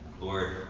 Lord